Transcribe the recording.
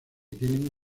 tienen